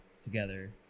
together